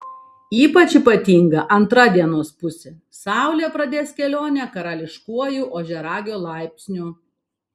ypač ypatinga antra dienos pusė saulė pradės kelionę karališkuoju ožiaragio laipsniu